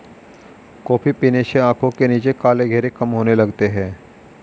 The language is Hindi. कॉफी पीने से आंखों के नीचे काले घेरे कम होने लगते हैं